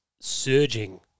surging